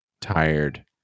tired